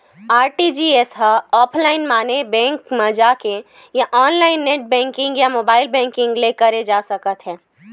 RTGS ह offline माने bank म जाके या ऑनलाईन नेट बेंकिंग या मोबाईल बेंकिंग ले करे जा सकत हे